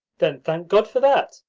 then thank god for that,